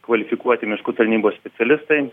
kvalifikuoti miškų tarnybos specialistai